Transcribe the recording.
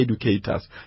educators